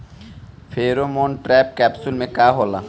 Pheromone trap capsule में का होला?